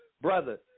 brother